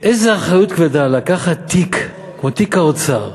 איזה אחריות כבדה לקחת תיק כמו תיק האוצר,